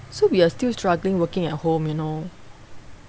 so we are still struggling working at home you know